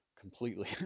Completely